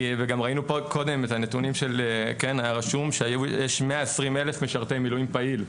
וראינו פה קודם את הנתונים שהיה רשום שיש 120,000 משרתי מילואים פעילים,